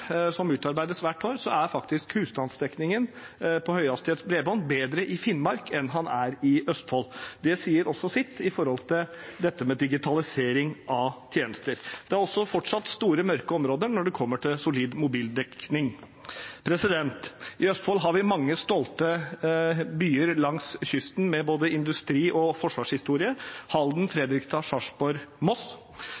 som utarbeides hvert år, er husstandsdekningen for høyhastighetsbredbånd faktisk bedre i Finnmark enn i Østfold. Det sier også sitt om dette med digitalisering av tjenester. Det er også fortsatt store mørke områder når det kommer til solid mobildekning. I Østfold har vi mange stolte byer langs kysten med både industrihistorie og forsvarshistorie: Halden,